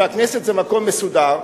והכנסת זה מקום מסודר,